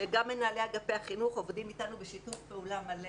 שגם מנהלי אגפי החינוך עובדים אתנו בשיתוף פעולה מלא.